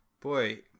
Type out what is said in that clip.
Boy